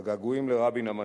הגעגועים לרבין המנהיג,